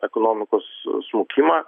ekonomikos smukimą